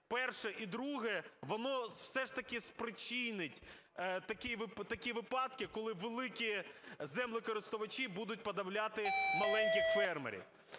перше і друге, воно все ж таки спричинить такі випадки, коли великі землекористувачі будуть подавляти маленьких фермерів.